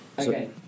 Okay